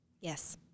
Yes